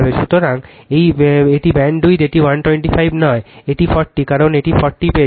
সুতরাং এটি ব্যান্ডউইথ এটি 125 নয় এটি 40 কারণ এটি 40 পেয়েছে